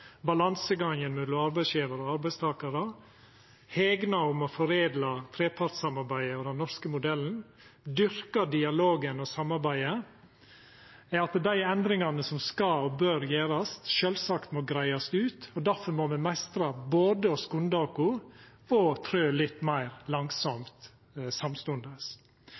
hegna om å foredla trepartssamarbeidet og den norske modellen, dyrka dialogen og samarbeidet – og at dei endringane som skal og bør gjerast, sjølvsagt må greiast ut, og difor må me meistra både å skunda oss og å trø litt meir langsamt, samstundes.